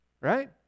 right